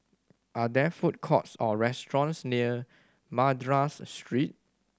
are there food courts or restaurants near Madras Street